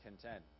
content